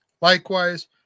Likewise